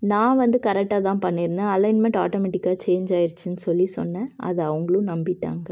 நான் வந்து கரெக்டாக தான் பண்ணியிருந்தேன் அலைன்மெண்ட் ஆட்டோமேட்டிக்காக சேஞ்ச் ஆயிருச்சுனு சொல்லி சொன்னேன் அது அவங்களும் நம்பிட்டாங்க